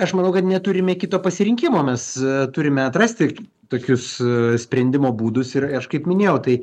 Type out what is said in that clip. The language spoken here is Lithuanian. aš manau kad neturime kito pasirinkimo mes turime atrasti tokius sprendimo būdus ir aš kaip minėjau tai